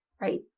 Right